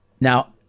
Now